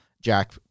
Jack